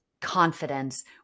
confidence